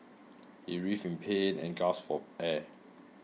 he writhed in pain and gasped for air